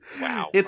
wow